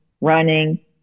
running